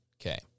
Okay